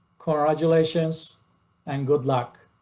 core isolations and good luck.